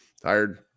Tired